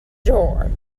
door